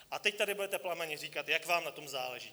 A teď tady budete plamenně říkat, jak vám na tom záleží.